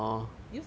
did you see